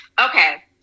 Okay